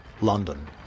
London